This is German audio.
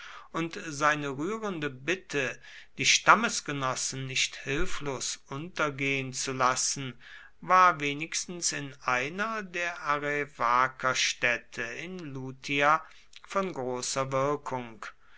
und seine rührende bitte die stammesgenossen nicht hilflos untergehen zu lassen war wenigstens in einer der arevakerstädte in lutia von großer wirkung